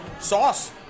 Sauce